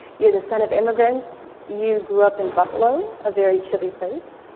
you're the son of immigrants, you grew up in buffalo, a very chilly place,